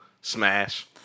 smash